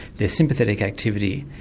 their sympathetic activity,